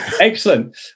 Excellent